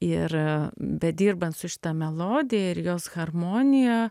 ir bedirbant su šita melodija ir jos harmonija